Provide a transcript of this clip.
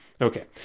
Okay